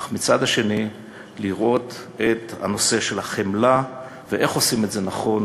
אך מהצד השני לראות את הנושא של החמלה ואיך עושים את זה נכון